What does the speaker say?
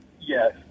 Yes